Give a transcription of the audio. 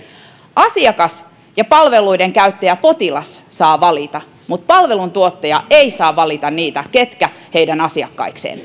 asiakas ja palveluiden käyttäjä potilas saa valita mutta palveluntuottaja ei saa valita niitä ketkä heidän asiakkaikseen